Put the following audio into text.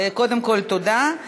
קודם כול, תודה.